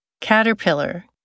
Caterpillar